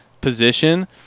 position